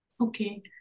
Okay